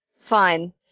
Fine